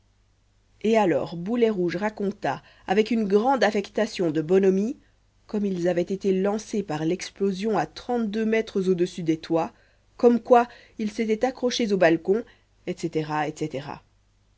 et alors boulet rouge raconta avec une grande affectation de bonhomie comme avaient été lancés par l'explosion à trente-deux mètres au-dessus des toits comme quoi s'étaient accrochés au balcon etc etc